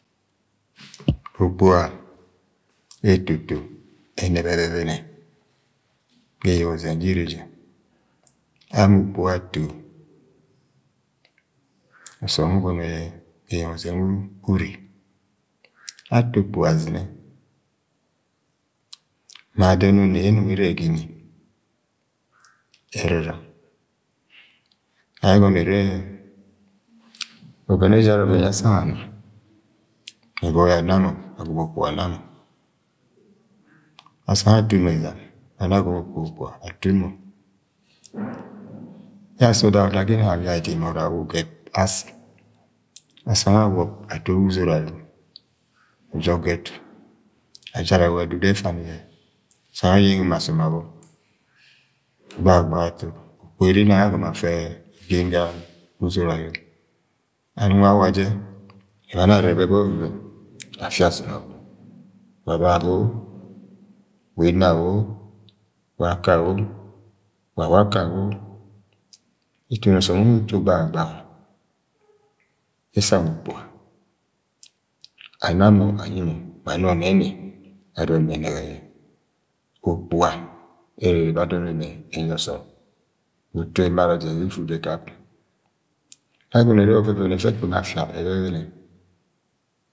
okpuga, etọtọ ẹnẹbẹbẹbẹnẹ ga eyeng ọhẹng dẹ ine jẹ ama okpuga ato-o osom ulẹ ugọnọ yẹ ga eyeng ọhẹng u-ure ma adọn ọnnẹ yẹ emung ere yẹ ga imi erɨ rɨm mga yẹ ẹjara ọvẹn yẹ arang ama mẹ ẹuoi yẹ ana mọ agọmọ okpuga ana mọ asang yẹ atum ẹlam ebani yẹ agọmọ okpugo-okpugo atum mọ yẹ asẹ ọdag-ọdag ga ínang abi adim or aula ugẹ asi asang-a-awob ato ga uzod ayọ ajog ga etu a jat awa edu du-efami ye asang ayenge ma asọm abọ gbahagbaha ato, okpuga ere inang yẹ agọmọ igen ga uzod ayọ anung awa jẹ ybani aribe movon afi asọm abọ wa babo-o-wa inna wo-wa aka wo wa waka awo etoni ọsọm we unung uto gbahagbaha ye esangokpuga ana mọ anyi mọ ma nọ nẹni adọm me-enegẹyẹ okpuga, ẹrẹ ẹna adọn ọnnẹ ẹnyi ọsọm utu emara jẹ yẹ ifu jẹ kakung me angọnọ are ovẹvẹn ẹfẹ ekpem afia ẹbẹbẹnẹ.